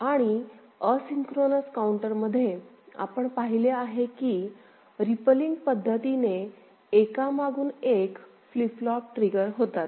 आणि asynchronous counter मध्ये आपण पाहिले आहे की रिप्लिंग पद्धतीने एकामागून एक फ्लिप फ्लॉप ट्रिगर होतात